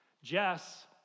Jess